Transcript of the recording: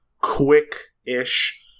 quick-ish